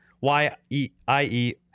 Y-E-I-E